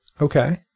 Okay